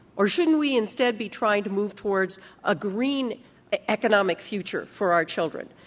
or shouldn't we instead be trying to move towards a green ah economic future for our children,